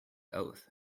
oath